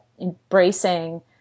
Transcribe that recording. embracing